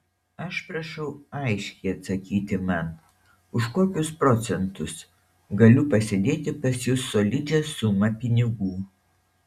aš prašau aiškiai atsakyti man už kokius procentus galiu pasidėti pas jus solidžią sumą pinigų